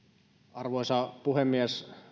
arvoisa puhemies